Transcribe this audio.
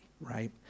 right